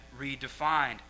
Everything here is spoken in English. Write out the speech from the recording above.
redefined